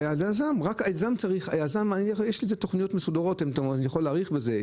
יש תוכניות מסודרות, אני יכול להאריך בזה.